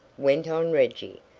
went on reggy,